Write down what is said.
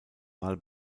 mal